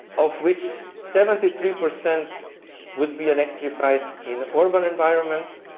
of which seventy three percent would be electrified in urban environments,